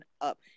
up